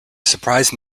surprise